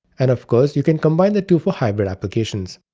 and of course, you can combine the two for hybrid applications.